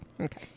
Okay